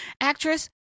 actress